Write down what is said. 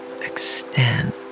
extend